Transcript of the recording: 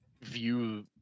view